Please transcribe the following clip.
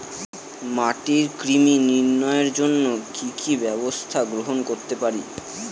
মাটির কৃমি নিয়ন্ত্রণের জন্য কি কি ব্যবস্থা গ্রহণ করতে পারি?